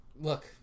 Look